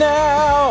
now